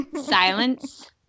silence